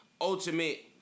ultimate